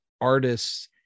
artists